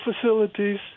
facilities